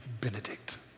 Benedict